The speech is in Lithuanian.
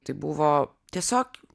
tai buvo tiesiog